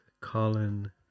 Colin